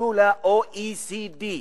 התקבלו ל-OECD.